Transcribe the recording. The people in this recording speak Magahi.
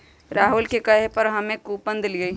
राहुल के कहे पर हम्मे कूपन देलीयी